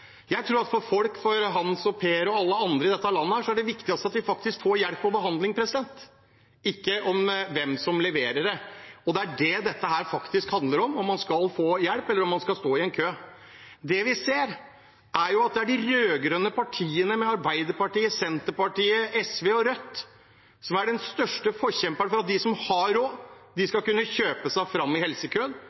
Jeg tror at for folk – for Hans og Per og alle andre i dette landet – er det viktigste at vi faktisk får hjelp og behandling, ikke hvem som leverer det. Det er det dette handler om – om man skal få hjelp, eller om man skal stå i en kø. Det vi ser, er at det er de rød-grønne partiene – Arbeiderpartiet, Senterpartiet, SV og Rødt – som er de største forkjemperne for at de som har råd, skal kunne kjøpe seg fram i helsekøen,